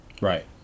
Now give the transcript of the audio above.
Right